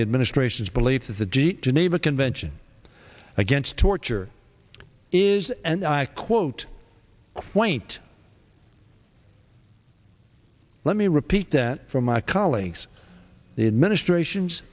the administration's belief that the g geneva convention against torture is and i quote quaint let me repeat that from my colleagues the administration's